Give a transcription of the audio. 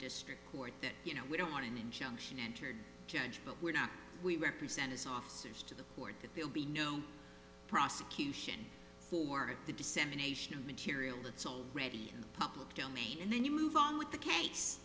district court that you know we don't want an injunction entered judge but we're not we represent as officers to the court that they'll be no prosecution for the dissemination of material that's already public domain and then you move on with the case